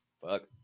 fuck